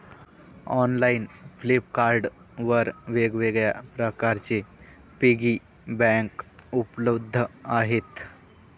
online Flipkart वर वेगवेगळ्या प्रकारचे पिगी बँक उपलब्ध आहेत